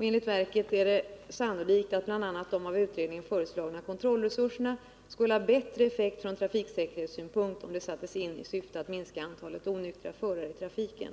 Enligt verket är det emellertid sannolikt att bl.a. de av utredningen föreslagna kontrollresurserna skulle ha bättre effekt från trafiksäkerhetssynpunkt, om de sattes in i syfte att minska antalet onyktra förare i trafiken.